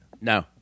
No